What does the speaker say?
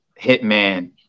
Hitman